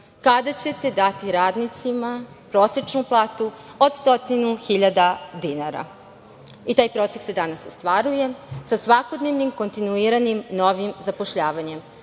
kada ćete dati radnicima prosečnu platu od 100.000 dinara? Taj proces se danas ostvaruje, sa svakodnevnim, kontinuiranim, novim zapošljavanjem,